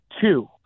two